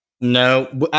No